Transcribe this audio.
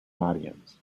audience